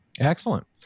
Excellent